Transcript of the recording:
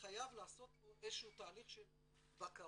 חייב לעשות פה איזשהו תהליך של בקרה,